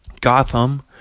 Gotham